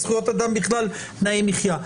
אלו זכויות אדם בכלל של תנאי מחיה.